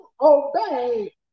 obey